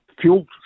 fuel